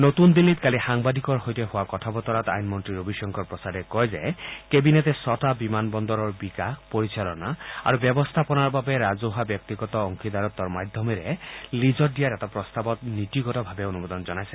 নতুন দিল্লীত কালি সাংবাদিকৰ সৈতে হোৱা কথা বতৰাত আইন মন্ত্ৰী ৰবিশংকৰ প্ৰসাদে কয় যে কেবিনেটে ছটা বিমান বন্দৰৰ বিকাশ পৰিচালনা আৰু ব্যৱস্থাপনাৰ বাবে ৰাজহুৱা ব্যক্তিগত অংশীদাৰত্বৰ ভিত্তি লিজত দিয়াৰ এটা প্ৰস্তাৱত নীতিগতভাৱে অনুমোদন জনাইছে